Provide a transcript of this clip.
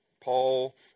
Paul